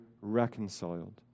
reconciled